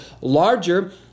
larger